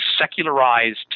secularized